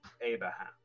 Abraham